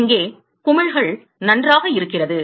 இங்கே குமிழ்கள் நன்றாக இருக்கிறது